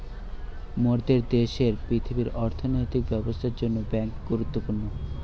মোরদের দ্যাশের পৃথিবীর অর্থনৈতিক ব্যবস্থার জন্যে বেঙ্ক গুরুত্বপূর্ণ